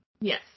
yes